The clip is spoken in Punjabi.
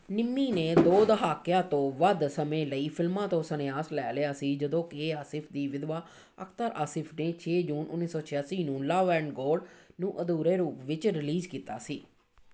ਨਿੰਮੀ ਨੇ ਦੋ ਦਹਾਕਿਆਂ ਤੋਂ ਵੱਧ ਸਮੇਂ ਲਈ ਫ਼ਿਲਮਾਂ ਤੋਂ ਸੰਨਿਆਸ ਲੈ ਲਿਆ ਸੀ ਜਦੋਂ ਕਿ ਆਸਿਫ਼ ਦੀ ਵਿਧਵਾ ਅਖ਼ਤਰ ਆਸਿਫ਼ ਨੇ ਛੇ ਜੂਨ ਉੱਨੀ ਸੌ ਛਿਆਸੀ ਨੂੰ ਲਵ ਐਂਡ ਗੌਡ ਨੂੰ ਅਧੂਰੇ ਰੂਪ ਵਿੱਚ ਰਿਲੀਜ਼ ਕੀਤਾ ਸੀ